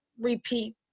repeat